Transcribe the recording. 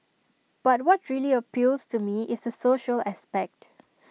but what really appeals to me is A social aspect